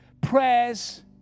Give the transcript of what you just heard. prayers